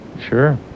Sure